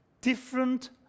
different